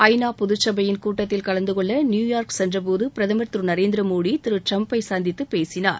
ஐ நா பொதுச்சபையின் கூட்டத்தில் கலந்து கொள்ள நியூயார்க் சென்றபோது பிரதமர் திரு நரேந்திர மோடி திரு ட்ரம்பை சந்தித்துப் பேசினார்